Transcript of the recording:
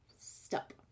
Stop